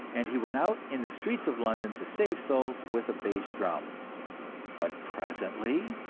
and he went out in the streets of london to save souls with a bass drum but presently,